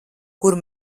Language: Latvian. kur